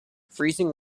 freezing